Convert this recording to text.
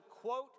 quote